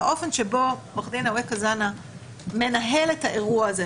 והאופן שבו עו"ד אווקה קובי זנה מנהל את האירוע הזה,